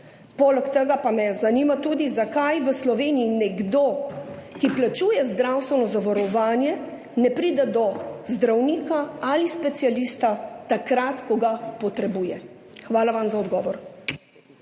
Poleg tega pa me zanima tudi: Zakaj v Sloveniji nekdo, ki plačuje zdravstveno zavarovanje, ne pride do zdravnika ali specialista takrat, ko ga potrebuje? Hvala vam za odgovor.